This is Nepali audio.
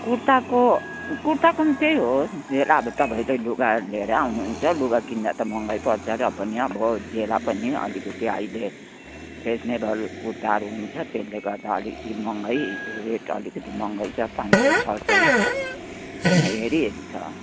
कुर्ताको कुर्ताको पनि त्यही हो ज्याला अब तपाईँहरूले लुगा लिएरै आउनुहुन्छ लुगा किन्दा त महँगै पर्छ र पनि अब ज्याला पनि अलिकति अहिले फेसनेबल कुर्ताहरू हुन्छ त्यसले गर्दा अलिकति महँगै रेट अलिकति महँगै छ पान सय छ सय हेरी हेरी छ